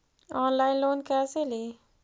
Online loan कैसे ली?